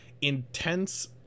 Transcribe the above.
intense